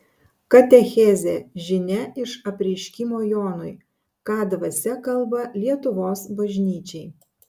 katechezė žinia iš apreiškimo jonui ką dvasia kalba lietuvos bažnyčiai